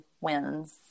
wins